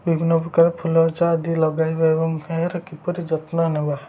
ବିଭିନ୍ନ ପ୍ରକାର ଫୁଲ ଗଛ ଆଦି ଲଗାଇବା ଏବଂ ଏହାର କିପରି ଯତ୍ନ ନେବା